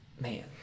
man